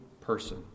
person